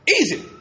Easy